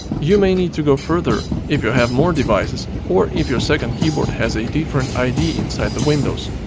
you may need to go further if you have more devices or if your second keyboard has a different id inside the windows.